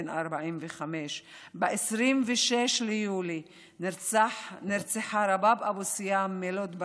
בן 45. ב-26 ביולי נרצחה רבאב אבו סיאם מלוד,